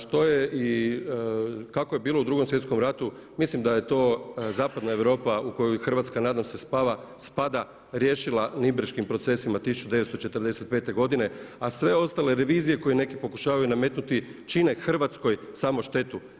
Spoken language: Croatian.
Što je i kako je bilo u Drugom svjetskom ratu mislim da je to Zapadna Europa u kojoj Hrvatska nadam se spada riješila Nirnberškim procesima 1945. godine, a sve ostale revizije koje neki pokušavaju nametnuti čine Hrvatskoj samo štetu.